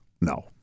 No